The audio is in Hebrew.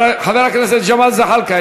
חבר הכנסת ג'מאל זחאלקה,